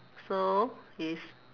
so is